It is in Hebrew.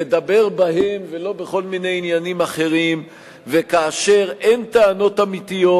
לדבר בהם ולא בכל מיני עניינים אחרים; וכאשר אין טענות אמיתיות,